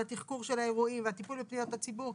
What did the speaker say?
התחקור של האירועים והטיפול בפניות הציבור,